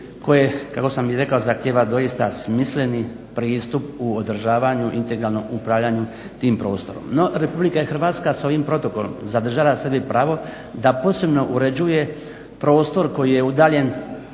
koje kako sam i rekao zahtjeva doista smisleni pristup u održavanju integralnog upravljanja tim prostorom. No, Republika je Hrvatska s ovim protokolom zadržala sebi pravo da posebno uređuje prostor koji je udaljen